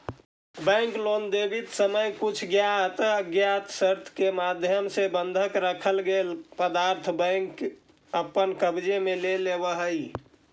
bank loan देवित समय कुछ ज्ञात अज्ञात शर्त के माध्यम से बंधक रखल गेल पदार्थ के बैंक अपन कब्जे में ले लेवऽ हइ